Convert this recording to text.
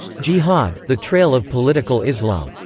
jihad the trail of political islam.